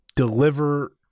Deliver